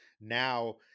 now